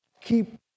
Keep